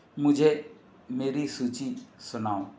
मुझे मेरी सूची सुनाओ